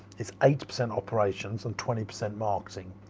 its eighty percent operations and twenty percent marketing.